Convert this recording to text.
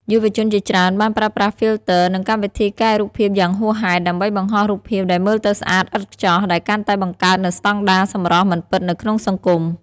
យុវជនជាច្រើនបានប្រើប្រាស់ ហ្វីលធ័រ និងកម្មវិធីកែរូបភាពយ៉ាងហួសហេតុ ដើម្បីបង្ហោះរូបភាពដែលមើលទៅស្អាតឥតខ្ចោះ ដែលកាន់តែបង្កើតនូវស្តង់ដារសម្រស់មិនពិតនៅក្នុងសង្គម។